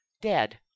Dead